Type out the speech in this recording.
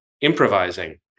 improvising